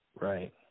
Right